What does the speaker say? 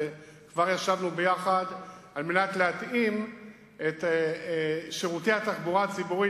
וכבר ישבנו יחד כדי להתאים את שירותי התחבורה הציבורית